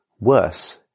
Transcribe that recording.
worse